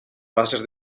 bases